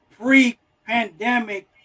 pre-pandemic